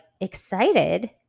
excited